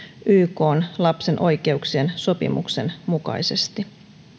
ykn lapsen oikeuksien sopimuksen mukaisesti